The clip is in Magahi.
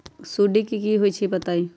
सुडी क होई छई बताई?